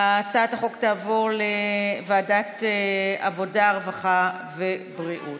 הצעת החוק תעבור לוועדת העבודה, הרווחה והבריאות.